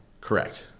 Correct